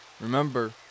remember